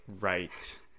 right